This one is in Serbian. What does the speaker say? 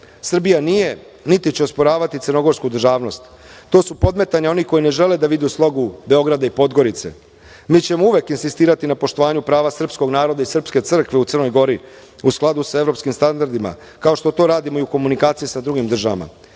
Srbija nije, niti će osporavati crnogorsku državnost. To su podmetanja onih koji ne žele da vide slogu Beograda i Podgorice. Mi ćemo uvek insistirati na poštovanju prava srpskog naroda i srpske crkve u Crnoj Gori, u skladu sa evropskim standardima, kao što to radimo i u komunikaciji sa drugim državama.